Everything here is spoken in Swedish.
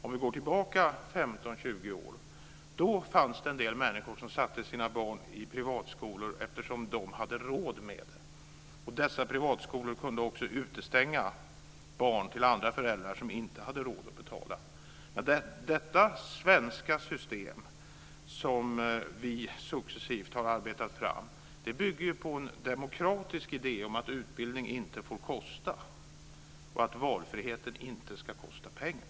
Om vi går tillbaka 15-20 år fanns det en del människor som satte sina barn i privatskolor eftersom de hade råd att göra det. Dessa privatskolor kunde också utestänga barn till föräldrar som inte hade råd att betala. Detta svenska system som vi successivt har arbetat fram bygger ju på en demokratisk idé om att utbildning inte får kosta och att valfriheten inte ska kosta pengar.